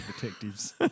Detectives